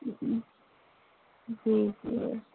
جی جی